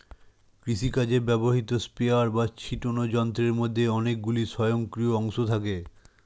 কৃষিকাজে ব্যবহৃত স্প্রেয়ার বা ছিটোনো যন্ত্রের মধ্যে অনেকগুলি স্বয়ংক্রিয় অংশ থাকে